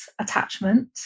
attachment